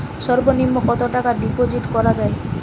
সর্ব নিম্ন কতটাকা ডিপোজিট করা য়ায়?